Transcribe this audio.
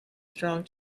strong